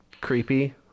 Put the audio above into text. creepy